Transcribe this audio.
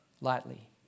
lightly